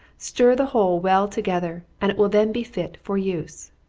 stir the whole well together, and it will then be fit for use.